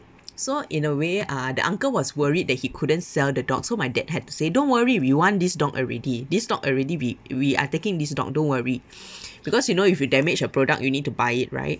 so in a way uh the uncle was worried that he couldn't sell the dog so my dad had to say don't worry we want this dog already this dog already we we are taking this dog don't worry because you know if you damaged a product you need to buy it right